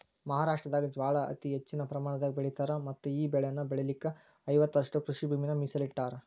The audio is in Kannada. ಮಹಾರಾಷ್ಟ್ರದಾಗ ಜ್ವಾಳಾ ಅತಿ ಹೆಚ್ಚಿನ ಪ್ರಮಾಣದಾಗ ಬೆಳಿತಾರ ಮತ್ತಈ ಬೆಳೆನ ಬೆಳಿಲಿಕ ಐವತ್ತುರಷ್ಟು ಕೃಷಿಭೂಮಿನ ಮೇಸಲಿಟ್ಟರಾ